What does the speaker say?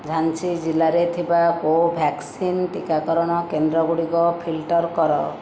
ଝାନ୍ସୀ ଜିଲ୍ଲାରେ ଥିବା କୋଭ୍ୟାକ୍ସିନ୍ ଟିକାକରଣ କେନ୍ଦ୍ର ଗୁଡ଼ିକ ଫିଲଟର୍ କର